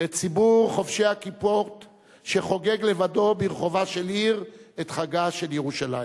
את ציבור חובשי הכיפות שחוגג לבדו ברחובה של עיר את חגה של ירושלים.